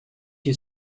you